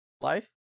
life